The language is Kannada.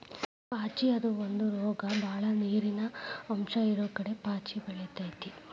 ಪಾಚಿ ಅದು ಒಂದ ರೋಗ ಬಾಳ ನೇರಿನ ಅಂಶ ಇರುಕಡೆ ಪಾಚಿ ಬೆಳಿತೆತಿ